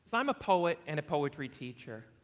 so i'm a poet and a poetry teacher,